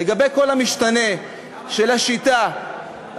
לגבי כל המשתנה של השיטה,